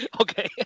okay